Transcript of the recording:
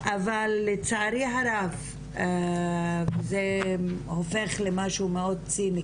אבל לצערי הרב וזה הופך למשהו מאוד ציני,